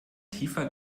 tiefer